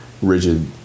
rigid